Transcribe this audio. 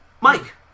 Mike